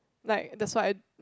like that's why I